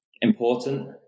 important